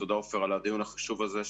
תודה על הדיון החשוב הזה.